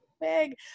big